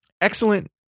Excellent